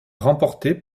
remportée